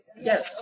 Yes